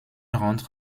rentre